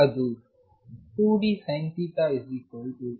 ಅದು 2dSinθnλ